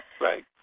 Right